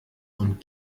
und